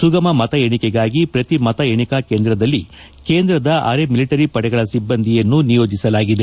ಸುಗಮ ಮತ ಎಣಿಕೆಗಾಗಿ ಪ್ರತಿ ಮತ ಎಣಿಕಾ ಕೇಂದ್ರದಲ್ಲಿ ಕೇಂದ್ರದ ಅರೆ ಮಿಲಿಟರಿ ಪಡೆಗಳ ಸಿಬ್ಬಂದಿಯನ್ನು ನಿಯೋಜಿಸಲಾಗಿದೆ